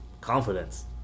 Confidence